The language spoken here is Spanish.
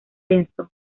denso